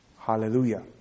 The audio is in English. Hallelujah